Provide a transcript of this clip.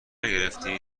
نگرفتی